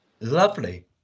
Lovely